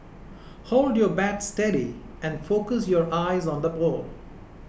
hold your bat steady and focus your eyes on the ball